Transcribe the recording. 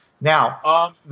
Now